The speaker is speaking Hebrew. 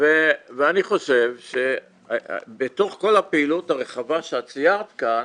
אני חושב שבתוך כל הפעילות הרחבה שאת ציירת כאן